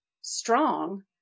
strong